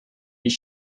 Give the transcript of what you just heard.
his